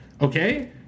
Okay